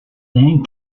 then